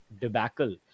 debacle